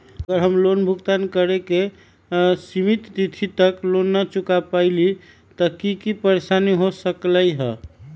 अगर हम लोन भुगतान करे के सिमित तिथि तक लोन न चुका पईली त की की परेशानी हो सकलई ह?